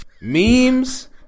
Memes